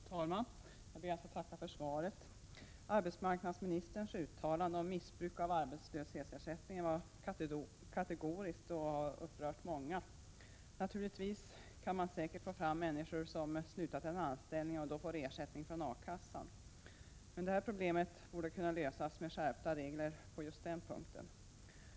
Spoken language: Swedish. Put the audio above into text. Fru talman! Jag ber att få tacka för svaret. Arbetsmarknadsministerns uttalande om missbruk av arbetslöshetsersättningen var kategoriskt och har upprört många. Det finns säkert människor som har slutat en anställning och som då får ersättning från A-kassan. Men det problemet borde kunna lösas med skärpta regler på just den punkten.